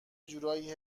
جورایی